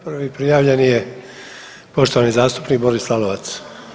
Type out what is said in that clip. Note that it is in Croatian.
prvi prijavljeni je poštovani zastupnik Boris Lalovac.